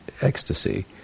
ecstasy